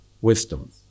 wisdom